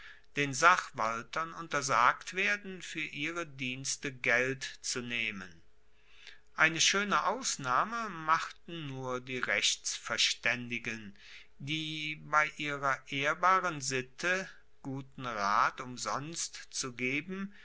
den sachwaltern untersagt werden fuer ihre dienste geld zu nehmen eine schoene ausnahme machten nur die rechtsverstaendigen die bei ihrer ehrbaren sitte guten rat umsonst zu geben